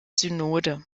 synode